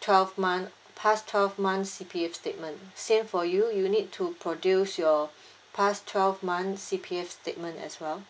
twelve month past twelve months C_P_F statement same for you you need to produce your past twelve month C_P_F statement as well